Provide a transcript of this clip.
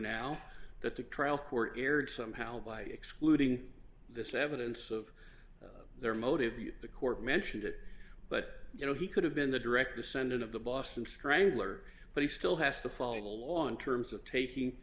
now that the trial for eric somehow by excluding this evidence of their motive you the court mentioned it but you know he could have been the direct descendant of the boston strangler but he still has to follow the law in terms of taking